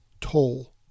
toll